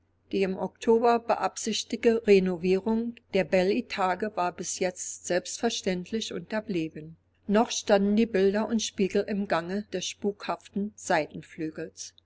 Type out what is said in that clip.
im oktober beabsichtigte renovierung der bel etage war bis jetzt selbstverständlich unterblieben noch standen die bilder und spiegel im gange des spukhaften